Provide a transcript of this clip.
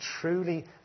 truly